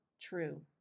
true